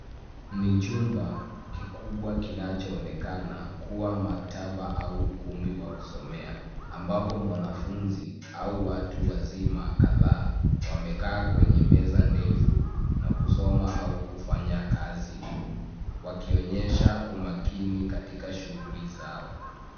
Ni chumba kikubwa kinachoonekana kuwa maktaba au ukumbi wa kusomea, ambapo mwanafuzi au watu wazima kadhaa wamekaa kwenye meza ndefu na kusoma au kufanya kazi. Wakionyesha umakini katika shughuli zao.